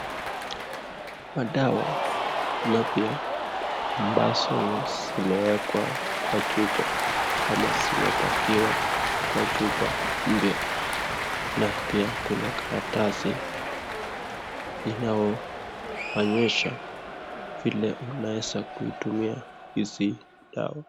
Madawa mapya ambazo zimewekwa kwa chupa ama zimepakiwa kwa chupa mpya na pia kuna karatasi inayoonyesha vile unaweza kuitumia hizi dawa.